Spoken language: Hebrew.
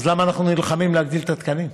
אז למה אנחנו נלחמים להגדיל את התקנים?